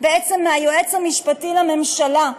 בעצם מהיועץ המשפטי לממשלה,